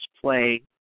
play